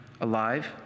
alive